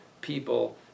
people